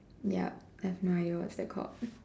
ya that's mine what's that called